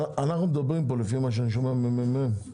לפי מה שאני שומע מהממ"מ,